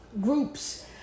groups